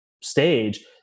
stage